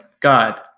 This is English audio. God